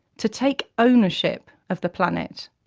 to take ownership of the planet.